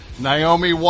Naomi